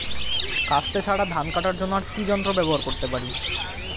কাস্তে ছাড়া ধান কাটার জন্য আর কি যন্ত্র ব্যবহার করতে পারি?